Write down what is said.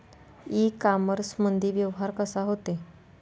इ कामर्समंदी व्यवहार कसा होते?